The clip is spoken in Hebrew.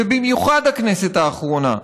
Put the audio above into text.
ובמיוחד הכנסת האחרונה,